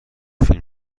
فیلم